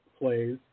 plays